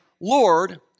Lord